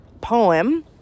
poem